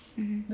mmhmm